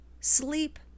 sleep